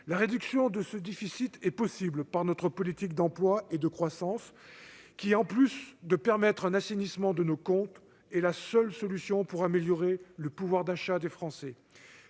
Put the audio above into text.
La réduction de ce déficit est possible par notre politique d'emploi et de croissance qui, en plus de permettre un assainissement de nos comptes, est la seule solution pour améliorer le pouvoir d'achat des Français.